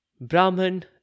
Brahman